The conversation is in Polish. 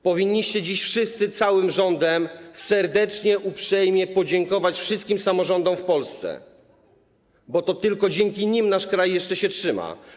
Powinniście dziś wszyscy całym rządem serdecznie, uprzejmie podziękować wszystkim samorządom w Polsce, bo tylko dzięki nim nasz kraj jeszcze się trzyma.